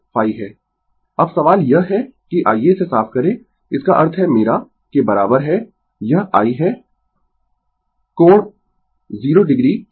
Refer Slide Time 1527 अब सवाल यह है कि आइये इसे साफ करें इसका अर्थ है मेरा के बराबर है यह I है कोण 0 o है